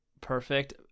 Perfect